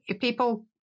People